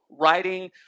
writing